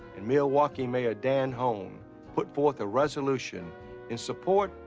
and milwaukee mayor dan hoan put forth a resolution in support,